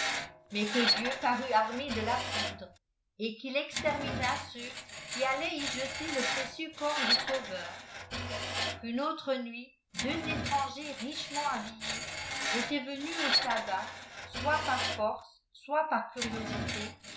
mats que dieu parût arme de la foudre et quil citermina ceui qu ilaient y jetet le préoîeux ébrps du sauveur qu'une liritré imrit éeik étrangers riefaenent hamiléi étant venus an âbbdt soit par force soit par curiositë